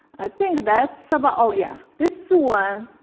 i think that's about oh, yeah. this one